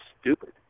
stupid